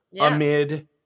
amid